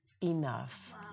enough